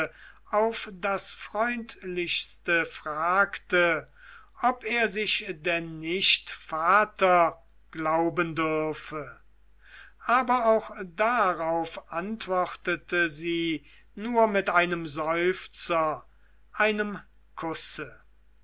auf das freundlichste fragte ob er sich denn nicht vater glauben dürfe aber auch darauf antwortete sie nur mit einem seufzer einem kusse